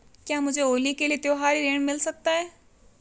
क्या मुझे होली के लिए त्यौहारी ऋण मिल सकता है?